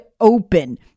open